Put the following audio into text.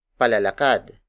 palalakad